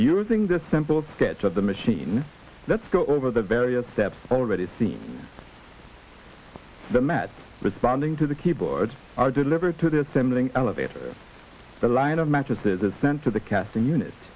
using this simple sketch of the machine let's go over the various steps already seen the mat responding to the keyboards are delivered to the assembling elevator the line of mattresses is sent to the casting unit